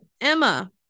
Emma